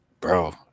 bro